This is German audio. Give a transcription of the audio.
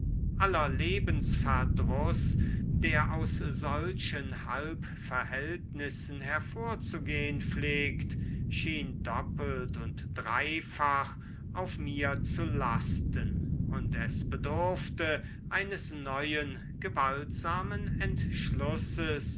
aller lebensverdruß der aus solchen halbverhältnissen hervorzugehn pflegt schien doppelt und dreifach auf mir zu lasten und es bedurfte eines neuen gewaltsamen entschlusses